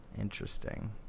interesting